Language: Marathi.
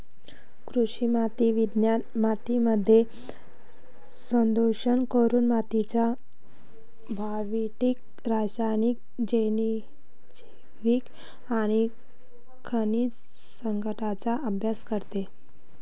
कृषी माती विज्ञान मातीमध्ये संशोधन करून मातीच्या भौतिक, रासायनिक, जैविक आणि खनिज संघटनाचा अभ्यास करते